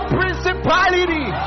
principality